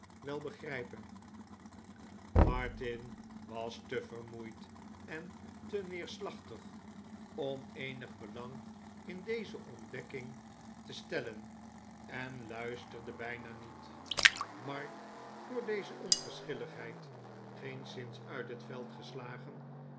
wel begrijpen martin was te vermoeid en te neerslachtig om eenig belang in deze ontdekking te stellen en luisterde bijna niet mark door deze onverschilligheid geenszins uit het veld geslagen